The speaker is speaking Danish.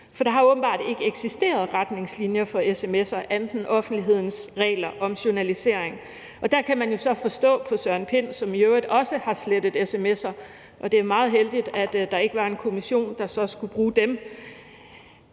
for der har åbenbart ikke eksisteret retningslinjer for sms'er andet end offentlighedens regler om journalisering. Og der kan man jo så forstå på Søren Pind, som i øvrigt også har slettet sms'er – og det er meget heldigt, at der ikke var en kommission, der så skulle bruge dem